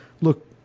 look